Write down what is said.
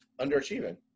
underachieving